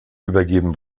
übergeben